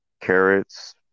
carrots